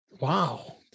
Wow